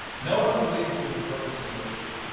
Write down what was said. no one believes there's a perfect solution,